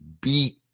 beat